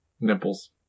Nipples